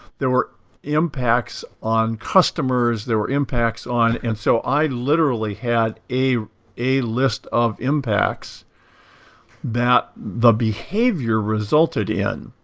there were impacts on customers, there were impacts on, and so i literally had a a list of impacts that the behavior resulted in.